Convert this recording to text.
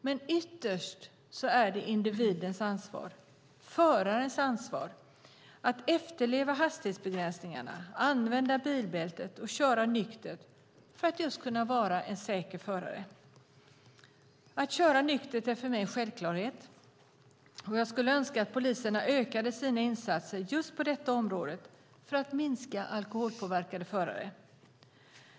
Men ytterst är det individens ansvar, förarens ansvar, att efterleva hastighetsbegränsningarna, använda bilbältet och köra nyktert för att just kunna vara en säker förare. Att köra nyktert är för mig en självklarhet, och jag skulle önska att poliserna ökade sina insatser just på detta område för att minska antalet alkoholpåverkade förare.